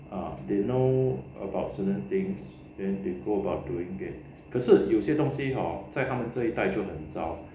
ah they know about certain things and they go about doing it 可是有些东西 hor 在他们这一代就很糟